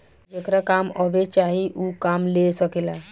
जेकरा काम अब्बे चाही ऊ काम ले सकेला